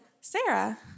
Sarah